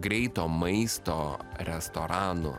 greito maisto restoranų